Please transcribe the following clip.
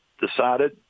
decided